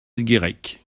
guirec